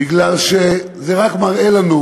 כי זה רק מראה לנו